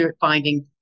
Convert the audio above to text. finding